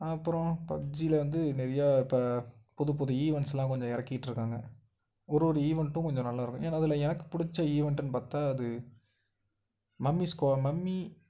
அப்புறம் பப்ஜியில் வந்து நிறையா இப்போ புது புது ஈவெண்ட்ஸ்லாம் கொஞ்சம் இறக்கிட்டு இருக்காங்கள் ஒரு ஒரு ஈவெண்ட்டும் கொஞ்சம் நல்லா இருக்கும் ஏன் அதில் எனக்கு பிடிச்ச ஈவெண்ட்டுன்னு பார்த்தா அது மம்மி ஸ்குவா மம்மி